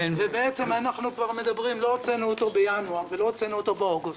לא הוצאנו אותו בינואר ולא הוצאנו אותו באוגוסט.